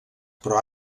però